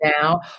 now